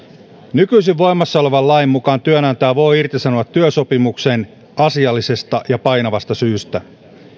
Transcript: nykyisen voimassa olevan lain mukaan työnantaja voi irtisanoa työsopimuksen asiallisesta ja painavasta syystä